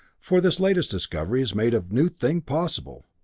for this latest discovery has made a new thing possible.